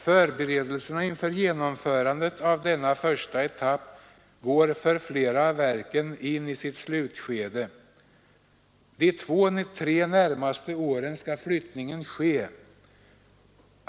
Förberedelserna inför genomförandet av denna första etapp går för flera av verken in i sitt slutskede. De två tre närmaste åren skall flyttningen ske.